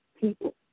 people